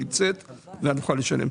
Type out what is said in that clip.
ואז נוכל לשלם.